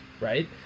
right